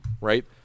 Right